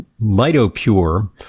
MitoPure